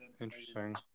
Interesting